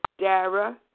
Dara